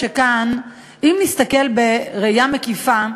של ראש ממשלת בריטניה מר קמרון,